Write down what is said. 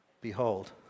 Behold